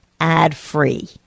ad-free